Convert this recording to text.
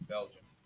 Belgium